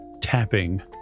tapping